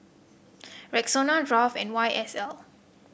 Rexona Kraft and Y S L